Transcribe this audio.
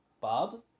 Bob